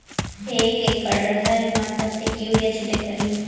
एक एकड रहर म कतेक युरिया छीटेक परही?